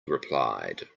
replied